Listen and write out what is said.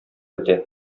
бетә